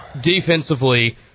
defensively